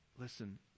Listen